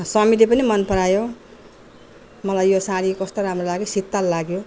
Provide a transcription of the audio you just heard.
समिरले पनि मन परायो मलाई यो साडी कस्तो राम्रो लाग्यो शीतल लाग्यो